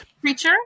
creature